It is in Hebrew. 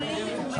החולים".